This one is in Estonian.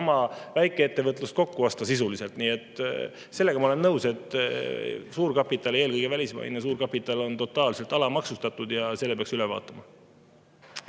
väikeettevõtlust kokku osta. Nii et sellega ma olen nõus, et suurkapital, eelkõige välismaine suurkapital, on totaalselt alamaksustatud ja selle peaks üle vaatama.